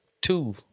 two